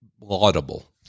laudable